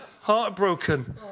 heartbroken